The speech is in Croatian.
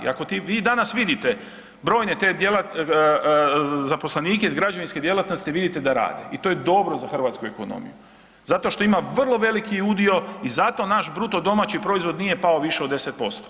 I vi danas vidite brojne zaposlenike iz građevinske djelatnosti vidite da rade i to je dobro za hrvatsku ekonomiju, zato što ima vrlo veliki udio i zato naš BDP nije pao više od 10%